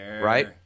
Right